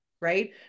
right